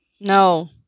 No